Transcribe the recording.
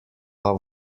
bodi